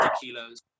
kilos